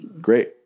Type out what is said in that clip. great